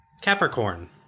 Capricorn